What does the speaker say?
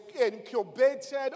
incubated